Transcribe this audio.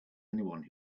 anyone